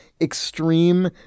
extreme